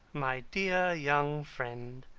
my dear young friend,